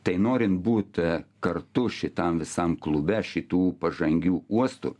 tai norint būt kartu šitam visam klube šitų pažangių uostų